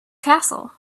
castle